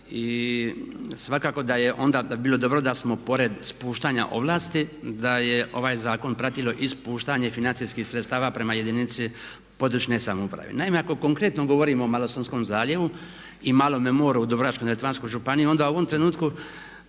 i svakako da je onda bilo dobro da smo pored spuštanja ovlasti da je ovaj zakon pratilo i spuštanje financijskih sredstava prema jedinici područne samouprave. Naime, ako konkretno govorimo o Malostonskom zaljevu i Malome moru u Dubrovačko-neretvanskoj županiji onda u ovom trenutku